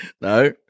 No